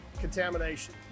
Contamination